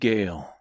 Gale